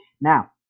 Now